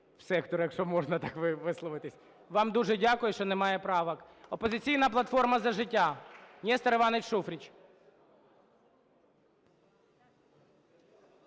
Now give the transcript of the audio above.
сектору, якщо можна так висловитись, вам дуже дякую, що немає правок. "Опозиційна платформа – за життя", Нестор Іванович Шуфрич.